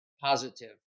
positive